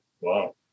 Wow